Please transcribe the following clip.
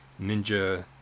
ninja